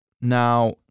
Now